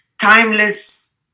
timeless